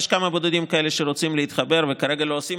יש כמה בודדים כאלה שרוצים להתחבר וכרגע לא עושים